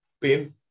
pain